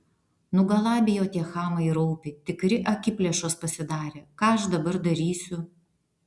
nugalabijo tie chamai raupį tikri akiplėšos pasidarė ką aš dabar darysiu